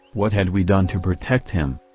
what had we done to protect him?